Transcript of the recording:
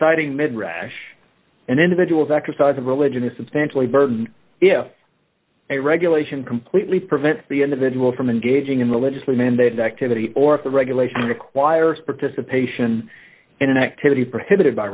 citing mid rash and individuals exercise of religion is substantially burden if a regulation completely prevents the individual from engaging in religiously mandated activity or if the regulation requires participation in an activity prohibited by